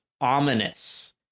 ominous